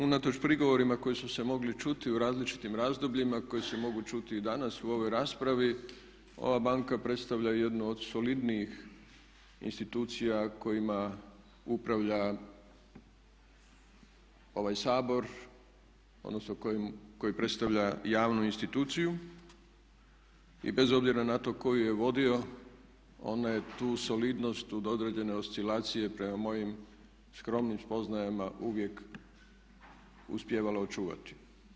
Unatoč prigovorima koji su se mogli čuti u različitim razdobljima, koji se mogu čuti i danas u ovoj raspravi, ova banka predstavlja jednu od solidnijih institucija kojima upravlja ova Sabor, odnosno koji predstavlja javnu instituciju i bez obzira na to tko ju je vodio ona je tu solidnost uz određene oscilacije prema mojim skromnim spoznajama uvijek uspijevala očuvati.